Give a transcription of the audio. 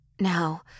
now